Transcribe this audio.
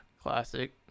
Classic